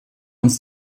uns